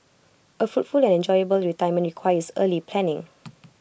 A fruitful and enjoyable retirement requires early planning